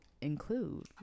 include